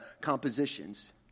compositions